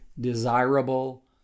desirable